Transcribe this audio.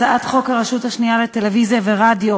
הצעת חוק הרשות השנייה לטלוויזיה ורדיו